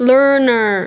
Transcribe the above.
Learner